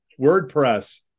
WordPress